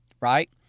Right